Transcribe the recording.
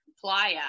playa